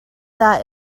that